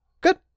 good